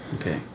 Okay